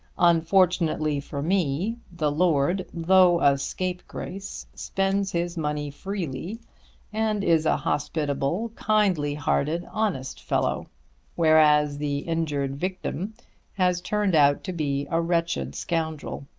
unfortunately for me the lord, though a scapegrace, spends his money freely and is a hospitable kindly-hearted honest fellow whereas the injured victim has turned out to be a wretched scoundrel.